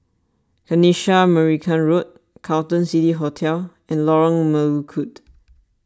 Kanisha Marican Road Carlton City Hotel and Lorong Melukut